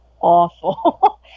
awful